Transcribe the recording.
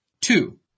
Two